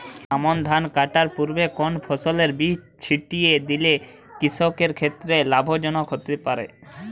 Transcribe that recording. আমন ধান কাটার পূর্বে কোন ফসলের বীজ ছিটিয়ে দিলে কৃষকের ক্ষেত্রে লাভজনক হতে পারে?